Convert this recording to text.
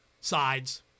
Sides